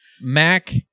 Mac